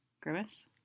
Grimace